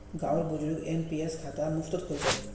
गांउर बुजुर्गक एन.पी.एस खाता मुफ्तत खुल छेक